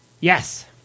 Yes